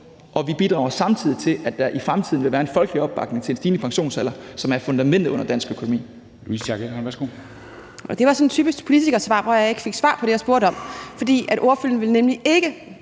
bidrager til, at der i fremtiden vil være en folkelig opbakning til en stigende pensionsalder, som er fundamentet under dansk økonomi.